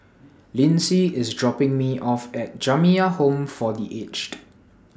Lyndsay IS dropping Me off At Jamiyah Home For The Aged